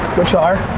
which are?